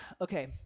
Okay